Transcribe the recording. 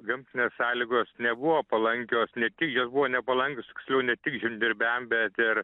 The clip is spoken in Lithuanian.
gamtinės sąlygos nebuvo palankios ne tik jos buvo nepalankios tiksliau ne tik žemdirbiam bet ir